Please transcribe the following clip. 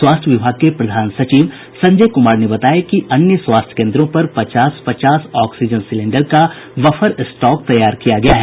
स्वास्थ्य विभाग के प्रधान सचिव संजय कुमार ने बताया कि अन्य स्वास्थ्य केन्द्रों पर पचास पचास ऑक्सीजन सिलेंडर का बफर स्टॉक तैयार किया गया है